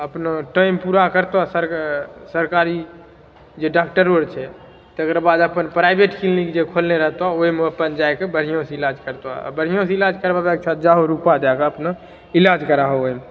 अपना टाइम पूरा करतौ सरकारी जे डॉक्टरो आर छै तेकर बाद अपन प्राइभेट क्लीनिक जे खोलने रहतौ ओहिमे अपन जाइके बढ़िआँ से इलाज करतौ आ बढ़िआँ से इलाज करबाबैके छौ तऽ जाहो रूपा देके अपना इलाज कराहो